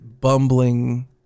bumbling